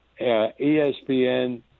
ESPN